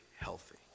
healthy